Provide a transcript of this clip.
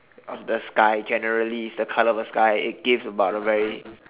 of the sky generally it's the colour of the sky it gives about a very